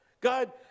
God